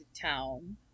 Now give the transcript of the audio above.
town